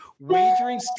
wagering